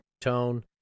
tone